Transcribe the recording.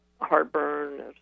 heartburn